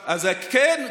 כן,